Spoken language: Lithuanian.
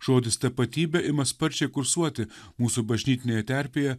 žodis tapatybė ima sparčiai kursuoti mūsų bažnytinėje terpėje